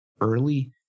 early